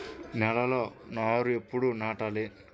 నేలలో నారు ఎప్పుడు నాటాలి?